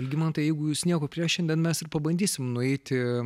algimantai jeigu jūs nieko prieš šiandien mes ir pabandysim nueiti